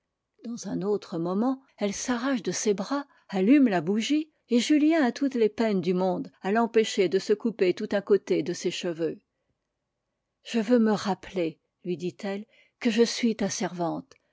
dans un autre moment elle s'arrache de ses bras allume la bougie et julien a toutes les peines du mondé à l'empêcher de se couper tout un côté de ses cheveux je veux me rappeler lui dit-elle que je suis ta servante